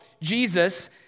Jesus